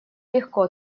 легко